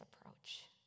approach